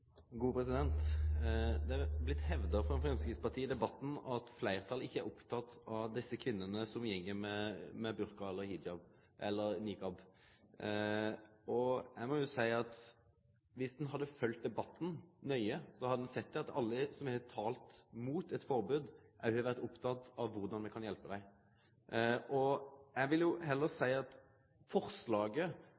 Det er blitt hevda frå Framstegspartiet i debatten at fleirtalet ikkje er oppteke av dei kvinnene som går med burka, hijab eller niqab. Eg må seie at dersom ein hadde følgt debatten nøye, hadde ein sett at alle som har talt imot eit forbod, har vore opptekne av korleis me kan hjelpe dei. Eg vil heller